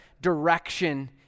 direction